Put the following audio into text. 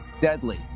deadly